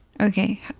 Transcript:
Okay